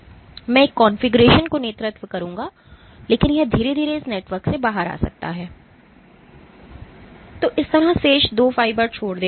इसलिए मैं एक कॉन्फ़िगरेशन का नेतृत्व करूंगा लेकिन यह धीरे धीरे इस नेटवर्क से बाहर आ सकता है और इस तरह शेष दो फाइबर छोड़ देगा